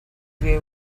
due